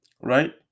right